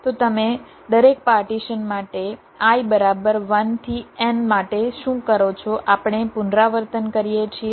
તો તમે દરેક પાર્ટીશન માટે i બરાબર 1 થી n માટે શું કરો છો આપણે પુનરાવર્તન કરીએ છીએ